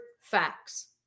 facts